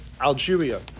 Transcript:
Algeria